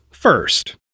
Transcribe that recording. First